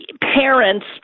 parents